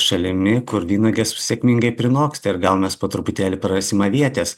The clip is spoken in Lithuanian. šalimi kur vynuogės sėkmingai prinoksta ir gal mes po truputėlį prarasim avietės